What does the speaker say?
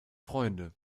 freunde